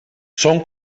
són